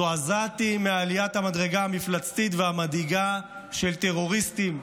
זועזעתי מעליית המדרגה המפלצתית והמדאיגה של טרוריסטים,